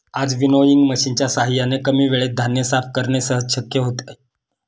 आज विनोइंग मशिनच्या साहाय्याने कमी वेळेत धान्य साफ करणे सहज शक्य आहे